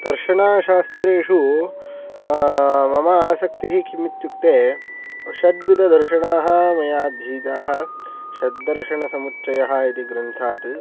दर्शणाशास्त्रेषु मम आसक्तिः किम् इत्युक्ते षड्विधदर्शनाः मया अधीताः षट्दर्शनसमुच्चयः इति ग्रन्थात्